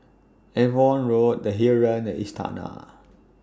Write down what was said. Avon Road The Heeren and Istana